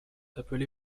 rappelé